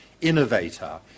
innovator